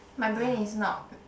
my brain is not